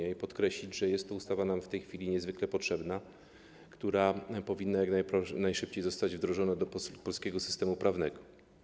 Pragnę także podkreślić, że jest to ustawa nam w tej chwili niezwykle potrzebna, która powinna jak najszybciej zostać wdrożona do polskiego systemu prawnego.